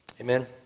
Amen